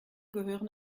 gehören